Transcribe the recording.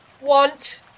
want